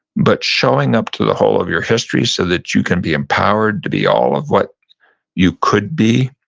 but showing up to the whole of your history so that you can be empowered, to be all of what you could be?